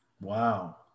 wow